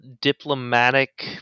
diplomatic